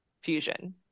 fusion